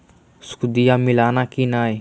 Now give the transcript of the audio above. सुदिया मिलाना की नय?